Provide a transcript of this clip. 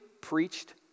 preached